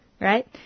right